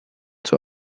zur